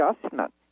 adjustment